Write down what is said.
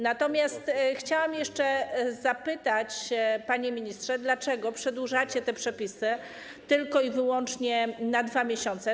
Natomiast chciałam zapytać, panie ministrze, dlaczego przedłużacie te przepisy tylko i wyłącznie o 2 miesiące?